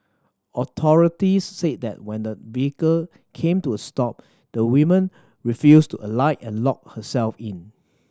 authorities said that when the vehicle came to a stop the woman refused to alight and locked herself in